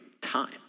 time